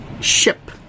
ship